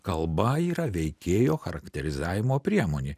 kalba yra veikėjo charakterizavimo priemonė